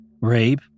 Rape